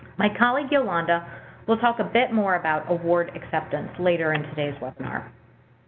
my colleague yolanda will talk a bit more about award acceptance later in today's webinar.